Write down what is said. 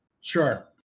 sure